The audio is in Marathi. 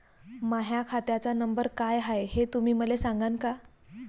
माह्या खात्याचा नंबर काय हाय हे तुम्ही मले सागांन का?